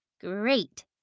Great